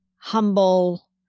humble